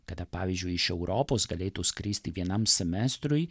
kada pavyzdžiui iš europos galėtų skristi vienam semestrui